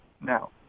now